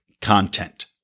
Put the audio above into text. content